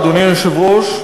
אדוני היושב-ראש,